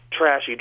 trashy